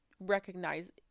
recognize